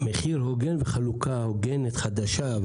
מחיר הוגן וחלוקה הוגנת חדשה.